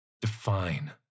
define